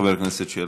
חבר הכנסת שלח.